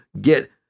get